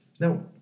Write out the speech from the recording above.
Now